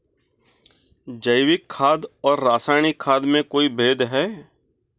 जैविक खाद और रासायनिक खाद में कोई भेद है?